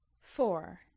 Four